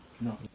No